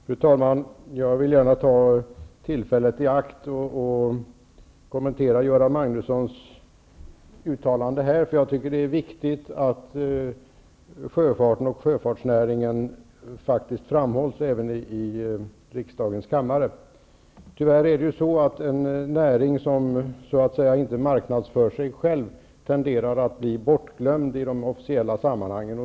Fru talman! Jag vill gärna ta tillfället i akt att kommentera Göran Magnussons uttalande. Jag tycker att det är viktigt att sjöfarten och sjöfartsnäringen framhålls även i riksdagens kammare. Tyvärr är det så att en näring som så att säga inte marknadsför sig själv tenderar att bli bortglömd i de officiella sammanhangen.